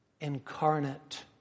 incarnate